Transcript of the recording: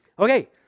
Okay